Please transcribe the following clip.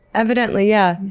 evidently. yeah.